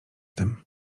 tym